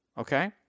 okay